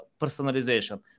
personalization